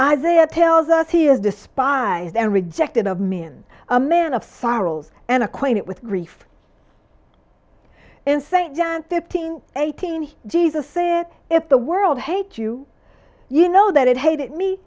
isaiah tells us he is despised and rejected of men a man of sorrows and acquainted with grief in st than fifteen eighteen he jesus said if the world hate you you know that it hated me